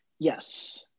Yes